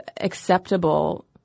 acceptable